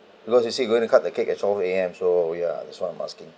because you see we're going to cut the cake at twelve A_M so yeah that's what I'm asking